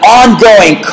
ongoing